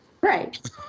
Right